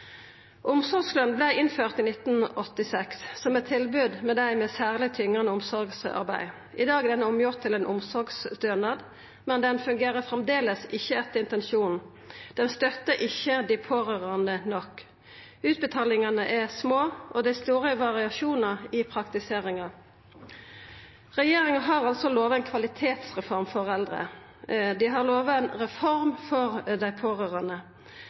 Omsorgsløn vart innført i 1986 som eit tilbod til dei med særleg tyngande omsorgsarbeid. I dag er det gjort om til ein omsorgsstønad, men det fungerer framleis ikkje etter intensjonen. Han støttar ikkje dei pårørande nok. Utbetalingane er små, og det er store variasjonar i praktiseringa. Regjeringa har altså lova ei kvalitetsreform for eldre. Dei har lova ei reform for dei pårørande. Det er altså store manglar når det gjeld pårørande